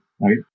right